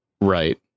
Right